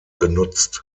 genutzt